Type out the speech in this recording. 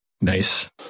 nice